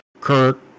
Kurt